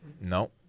No